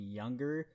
younger